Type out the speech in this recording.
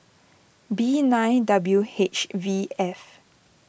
B nine W H V F